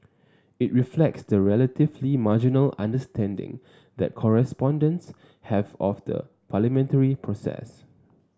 it reflects the relatively marginal understanding that correspondents have of the parliamentary process